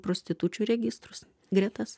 prostitučių registrus gretas